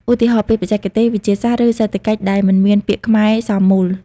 ឧទាហរណ៍ ពាក្យបច្ចេកទេសវិទ្យាសាស្ត្រឬសេដ្ឋកិច្ចដែលមិនមានពាក្យខ្មែរសមមូល។